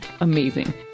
amazing